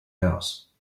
house